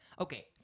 okay